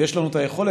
ויש לנו את היכולת,